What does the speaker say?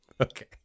Okay